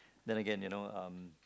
then again you know um